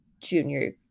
junior